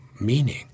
meaning